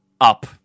up